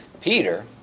Peter